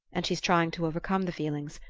and she's trying to overcome the feeling,